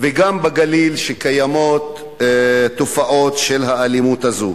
וגם בגליל, קיימות תופעות של האלימות הזו.